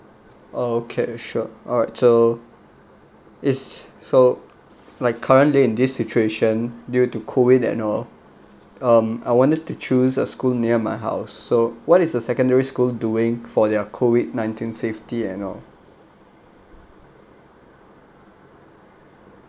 oh okay sure alright so is so like currently in this situation due to COVID and all um I wanted to choose a school near my house so what is a secondary school doing for their COVID nineteen safety and your